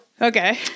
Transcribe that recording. Okay